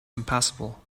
impassable